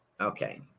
Okay